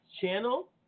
channel